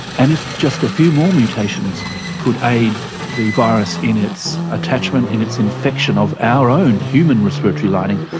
and if just a few more mutations could aid the virus in its attachment, in its infection of our own human respiratory lining,